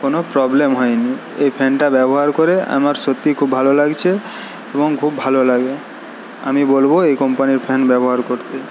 কোনো প্রবলেম হয়নি এই ফ্যানটা ব্যবহার করে আমার সত্যিই খুব ভালো লাগছে এবং খুব ভালো লাগে আমি বলবো এই কোম্পানির ফ্যান ব্যবহার করতে